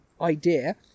idea